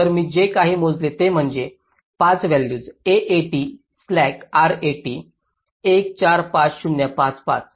तर मी जे काही मोजले ते म्हणजे 5 व्हॅल्यूज AAT स्लॅक RAT 1 4 5 0 5 5